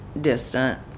distant